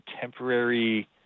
temporary